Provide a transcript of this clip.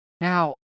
Now